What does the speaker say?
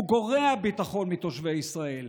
הוא גורע ביטחון מתושבי ישראל.